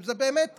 זה באמת כבר,